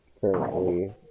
currently